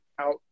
out